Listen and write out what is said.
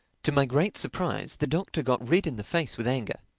to my great surprise the doctor got red in the face with anger.